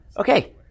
Okay